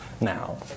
now